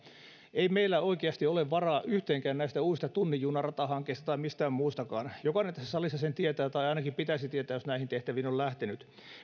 ei meillä oikeasti ole varaa yhteenkään näistä uusista tunnin juna ratahankkeista tai mistään muustakaan jokainen tässä salissa sen tietää tai ainakin pitäisi tietää jos näihin tehtäviin on lähtenyt